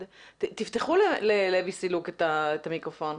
תפתחו בבקשה ללוי סילוק את המיקרופון.